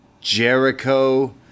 Jericho